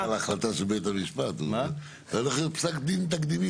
זה הולך להיות פסק דין תקדימי,